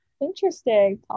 interesting